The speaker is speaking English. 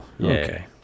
Okay